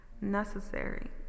necessary